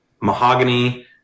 mahogany